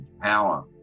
power